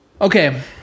Okay